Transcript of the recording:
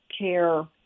care